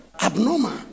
abnormal